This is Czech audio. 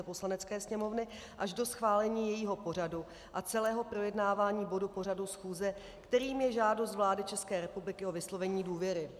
Poslanecké sněmovny až do schválení jejího pořadu a celého projednávání bodu pořadu schůze, kterým je žádost vlády České republiky o vyslovení důvěry.